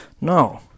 no